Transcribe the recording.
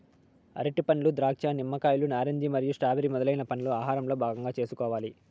అరటిపండ్లు, ద్రాక్ష, నిమ్మకాయలు, నారింజ మరియు స్ట్రాబెర్రీ మొదలైన పండ్లను ఆహారంలో భాగం చేసుకోవాలి